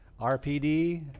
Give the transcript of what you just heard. RPD